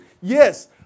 Yes